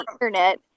internet